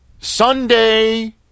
Sunday